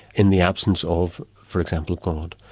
in the absence of, for example, god.